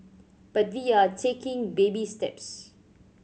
but we are taking baby steps